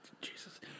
Jesus